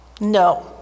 No